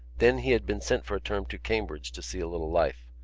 then he had been sent for a term to cambridge to see a little life.